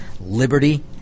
liberty